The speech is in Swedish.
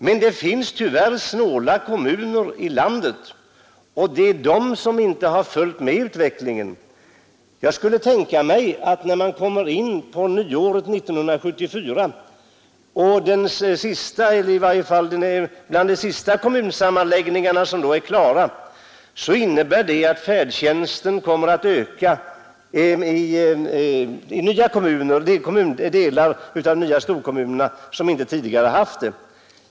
Men det finns tyvärr snåla kommuner i landet, och det är de som inte har följt med utvecklingen. Jag skulle kunna tänka mig att färdtjänsten på nyåret 1974, när de så gott som sista kommunsammanläggningarna är klara, kommer att öka till de delar av nya storkommunerna som inte tidigare har haft sådan.